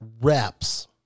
reps